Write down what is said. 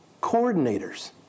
coordinators